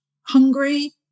Hungry